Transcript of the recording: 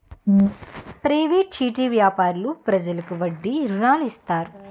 private చిట్టి వ్యాపారులు ప్రజలకు వడ్డీకి రుణాలు ఇస్తారు